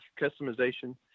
customization